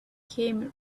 came